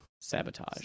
Sabotage